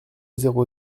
zéro